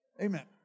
Amen